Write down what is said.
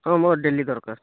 ହଁ ମୋର ଡେଲି ଦରକାର୍